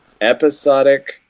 episodic